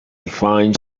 fine